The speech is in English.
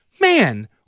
man